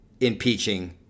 impeaching